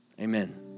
amen